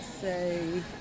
say